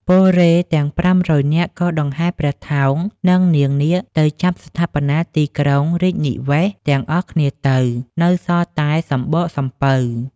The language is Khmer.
ពលរេហ៍ទាំង ៥០០ នាក់ក៏ដង្ហែព្រះថោង និងនាងនាគទៅចាប់ស្ថាបនាទីក្រុងរាជនិវេសន៍ទាំងអស់គ្នាទៅ នៅសល់តែសំបកសំពៅ ។